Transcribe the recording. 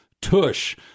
tush